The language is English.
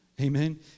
Amen